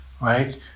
right